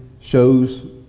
shows